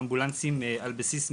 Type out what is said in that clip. אמבולנסים על בסיס מתנדבים.